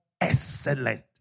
excellent